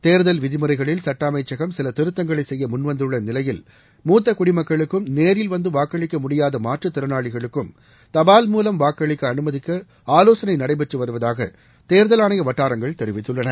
தேர்தல் விதிமுறைகளில் சட்ட அமைச்சகம் சில திருத்தங்களை செய்ய முன்வந்துள்ள நிலையில் மூத்த குடிமக்களுக்கும் நேரில் வந்து வாக்களிக்க முடியாத மாற்றுத் திறனாளிகளுக்கும் தபால் மூலம் வாக்களிக்க அனுமதிக்க ஆலோசனை நடைபெற்று வருவதாக தேர்தல் ஆணைய வட்டாரங்கள் தெரிவித்துள்ளன